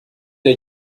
der